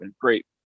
great